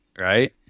right